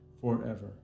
forever